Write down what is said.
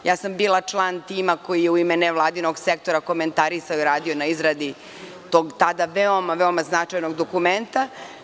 Bila sam član tima koji je u ime nevladinog sektora komentarisao i radio na izradi tada veoma značajnog dokumenta.